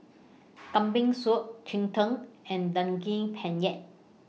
Kambing Soup Cheng Tng and Daging Penyet